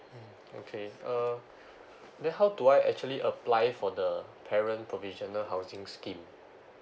okay uh then how do I actually apply for the parent provisional housing scheme